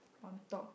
on top